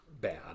Bad